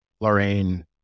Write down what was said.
Lorraine